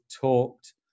talked